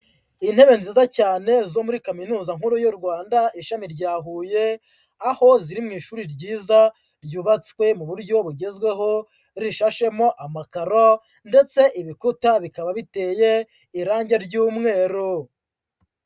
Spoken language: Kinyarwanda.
Intebe nziza cyane zo muri kaminuza nkuru y'u Rwanda ishami rya Huye, aho ziri mu ishuri ryiza ryubatswe mu buryo bugezweho, rishashemo amakaro ndetse ibikuta bikaba biteye irangi ry'umweru.